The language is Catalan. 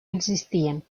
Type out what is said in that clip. existien